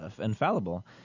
infallible